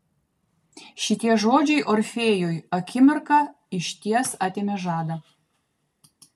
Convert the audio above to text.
šitie žodžiai orfėjui akimirką išties atėmė žadą